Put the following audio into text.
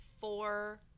Four